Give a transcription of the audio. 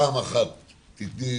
פעם אחת תני,